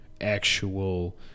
actual